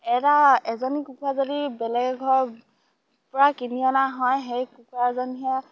এটা এজনী কুকুৰা যদি বেলেগ এঘৰৰপৰা কিনি অনা হয় সেই কুকুৰাজনীহে